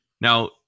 Now